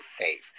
safe